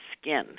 skin